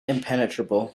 impenetrable